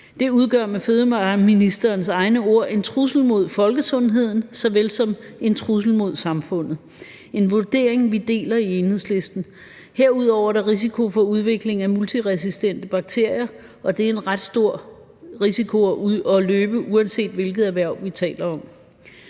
Det udgør med fødevareministerens egne ord en trussel mod folkesundheden såvel som en trussel mod samfundet. Det er en vurdering, vi deler i Enhedslisten. Herudover er der risiko for udvikling af multiresistente bakterier, og det er en ret stor risiko at løbe, uanset hvilket erhverv vi taler om.